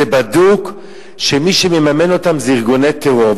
זה בדוק שמי שמממן אותם זה ארגוני טרור,